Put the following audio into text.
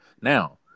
now